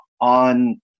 on